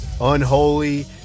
unholy